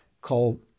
called